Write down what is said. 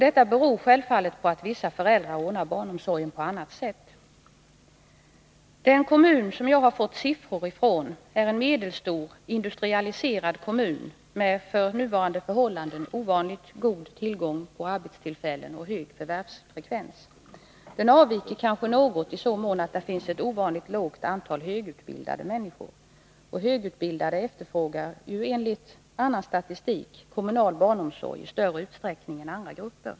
Denna beror självfallet på att vissa föräldrar ordnar barnomsorgen på annat sätt.” Den kommun jag har fått siffror ifrån är en medelstor, industrialiserad kommun med för nuvarande förhållanden ovanligt god tillgång på arbetstillfällen och hög förvärvsfrekvens. Den avviker kanske något från genomsnittet i så mån att där finns ett ovanligt lågt antal högutbildade människor, och högutbildade efterfrågar ju enligt annan statistik kommunal barnomsorg i större utsträckning än andra grupper.